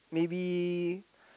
maybe